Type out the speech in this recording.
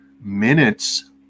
minutes